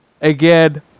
Again